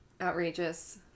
outrageous